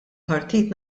partit